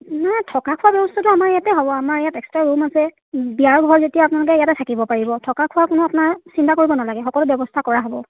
নাই থকা খোৱা ব্যৱস্থাটো আমাৰ ইয়াতে হ'ব আমাৰ ইয়াত এক্সট্ৰা ৰুম আছে বিয়াৰ ঘৰ যেতিয়া আপোনালোকে ইয়াতে থাকিব পাৰিব থকা খোৱা কোনো আপোনাৰ চিন্তা কৰিব নালাগে সকলো ব্যৱস্থা কৰা হ'ব